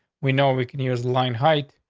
we know we can use line height.